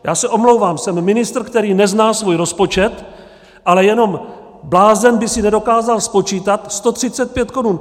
Já se omlouvám, jsem ministr, který nezná svůj rozpočet, ale jenom blázen by si nedokázal spočítat 135 korun.